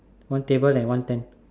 one table and one tent